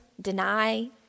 deny